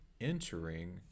entering